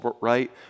right